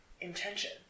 intention